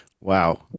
Wow